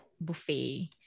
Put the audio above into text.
buffet